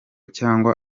cyangwa